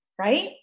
right